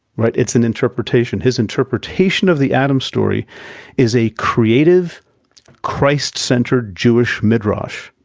right, it's an interpretation, his interpretation of the adam story is a creative christ-centered jewish midrash.